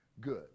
good